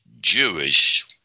Jewish